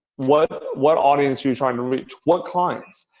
what what audience are you trying to reach? what client?